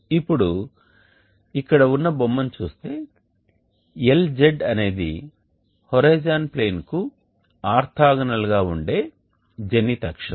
ఇప్పుడు ఇక్కడ ఉన్న బొమ్మను చూస్తే Lz అనేది హోరిజోన్ ప్లేన్కు ఆర్తోగోనల్గా ఉండే జెనిత్ అక్షం